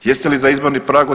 Jeste li za izborni prag od 4%